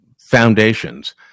foundations